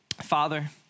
Father